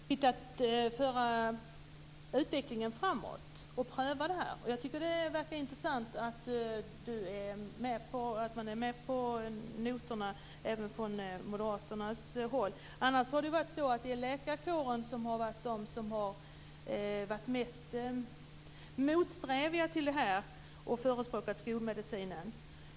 Fru talman! Det är ju viktigt att föra utvecklingen framåt och pröva detta. Jag tycker att det är intressant att man är med på noterna även från Moderaternas håll. Annars har det varit läkarkåren som har varit mest motsträvig till alternativa behandlingsmetoder och förespråkat skolmedicinen.